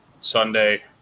Sunday